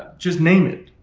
just name it.